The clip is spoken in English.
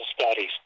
studies